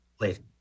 later